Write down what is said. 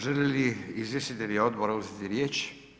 Želi li izvjestitelji odbora uzeti riječ?